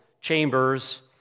chambers